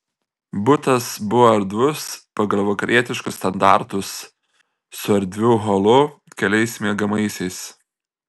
butas buvo erdvus pagal vakarietiškus standartus su erdviu holu keliais miegamaisiais